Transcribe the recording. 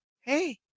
Hey